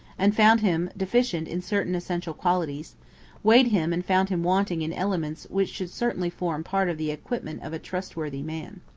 and found him deficient in certain essential qualities weighed him and found him wanting in elements which should certainly form part of the equipment of a trustworthy man.